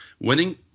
winning